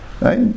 Right